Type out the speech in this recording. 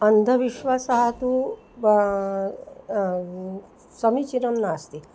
अन्धविश्वासः तु ब समीचीनं नास्ति